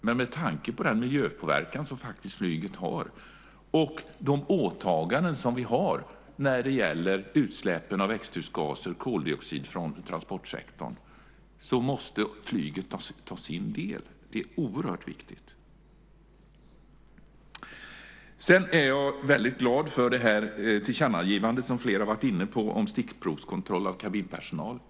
Men med tanke på den miljöpåverkan som flyget faktiskt har och de åtaganden som vi har när det gäller utsläpp av växthusgaser och koldioxid från transportsektorn så måste flyget ta sin del. Det är oerhört viktigt. Sedan är jag väldigt glad för tillkännagivandet om stickprovskontroll av kabinpersonal, som flera har varit inne på.